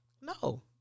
no